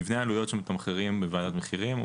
מבנה העלויות שמתמחרים בוועדת מחירים הוא